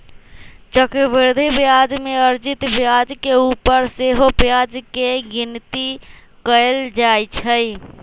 चक्रवृद्धि ब्याज में अर्जित ब्याज के ऊपर सेहो ब्याज के गिनति कएल जाइ छइ